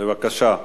בבקשה.